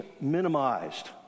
minimized